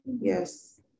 Yes